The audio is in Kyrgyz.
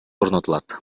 орнотулат